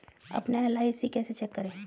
अपना एल.आई.सी कैसे चेक करें?